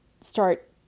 start